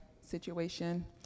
situation